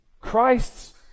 Christ's